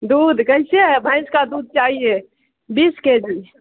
دودھ کیسے ہے بھینس کا دودھ چاہیے بیس کے جی